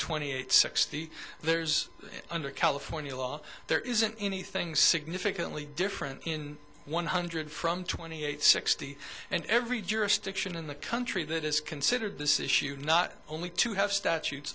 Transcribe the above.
twenty eight sixty there's under california law there isn't anything significantly different in one hundred from twenty eight sixty and every jurisdiction in the country that is considered this issue not only to have statutes